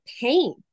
pain